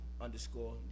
underscore